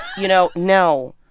you know, no.